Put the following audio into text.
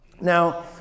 Now